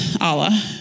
Allah